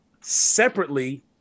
separately